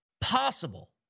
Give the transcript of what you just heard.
possible